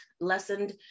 lessened